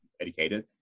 educated